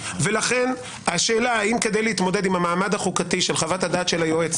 לכן השאלה האם כדי להתמודד עם המעמד החוקתי של חוות הדעת של היועץ